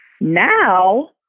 now